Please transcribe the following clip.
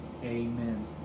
Amen